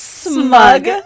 Smug